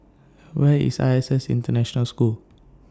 Where IS I S S International School